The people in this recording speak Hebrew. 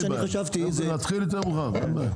מה שאני חשבתי זה --- אין בעיה אנחנו נתחיל יותר מאוחר.